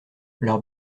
leurs